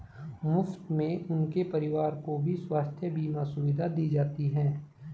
मुफ्त में उनके परिवार को भी स्वास्थ्य बीमा सुविधा दी जाती है